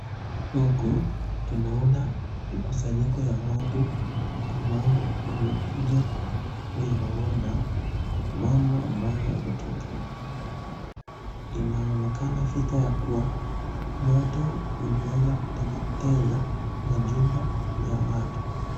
Huku tunaona mkusanyiko ya watu ambao wamekuja kuyaona mambo ambayo yametokea . Inaonekana fika ya kuwa moto uliweza kuteketeza majumba ya watu.